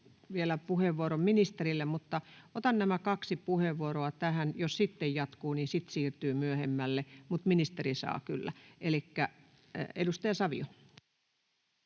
vielä puheenvuoro ministerillä, mutta otan nämä kaksi puheenvuoroa tähän. Jos sitten jatkuu, niin sitten puheenvuorot siirtyvät myöhemmälle — ministeri saa kyllä vuoron. — Edustaja Savio.